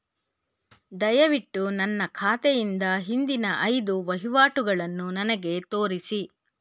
ದಯವಿಟ್ಟು ನನ್ನ ಖಾತೆಯಿಂದ ಹಿಂದಿನ ಐದು ವಹಿವಾಟುಗಳನ್ನು ನನಗೆ ತೋರಿಸಿ